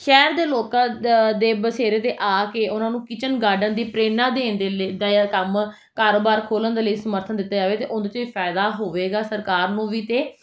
ਸ਼ਹਿਰ ਦੇ ਲੋਕਾਂ ਦ ਦੇ ਵਸੇਰੇ 'ਤੇ ਆ ਕੇ ਉਨ੍ਹਾਂ ਨੂੰ ਕਿਚਨ ਗਾਰਡਨ ਦੀ ਪ੍ਰੇਰਨਾ ਦੇਣ ਦੇ ਲਏ ਦੇ ਕੰਮ ਕਾਰੋਬਾਰ ਖੋਲ੍ਹਣ ਦੇ ਲਈ ਸਮਰਥਨ ਦਿੱਤਾ ਜਾਵੇ ਅਤੇ ਉਨ ਦੇ 'ਚ ਫਾਇਦਾ ਹੋਵੇਗਾ ਸਰਕਾਰ ਨੂੰ ਵੀ ਅਤੇ